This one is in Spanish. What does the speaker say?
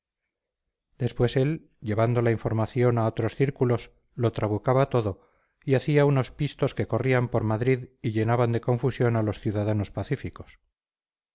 después él llevando la información a otros círculos lo trabucaba todo y hacía unos pistos que corrían por madrid y llenaban de confusión a los ciudadanos pacíficos